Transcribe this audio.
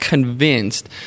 Convinced